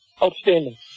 Outstanding